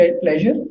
pleasure